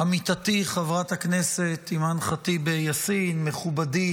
עמיתתי חברת הכנסת אימאן ח'טיב יאסין, מכובדי